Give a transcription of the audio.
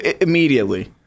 Immediately